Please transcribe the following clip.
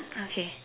okay